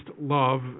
love